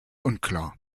unklar